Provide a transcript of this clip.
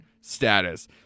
status